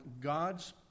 God's